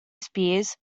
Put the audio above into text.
spears